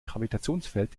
gravitationsfeld